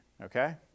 okay